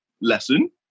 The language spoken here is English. lesson